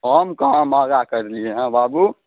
हम कहाँ महगा करलिए हँ बाबू